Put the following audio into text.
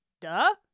Duh